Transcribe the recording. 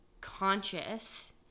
conscious